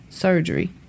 surgery